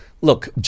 look